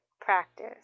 practice